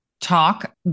talk